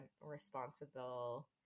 responsible